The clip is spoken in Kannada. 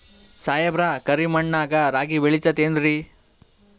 ಸಾಹೇಬ್ರ, ಕರಿ ಮಣ್ ನಾಗ ರಾಗಿ ಬೆಳಿತದೇನ್ರಿ?